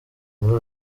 muri